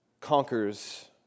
conquers